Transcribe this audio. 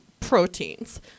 proteins